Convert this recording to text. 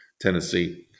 tennessee